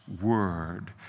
word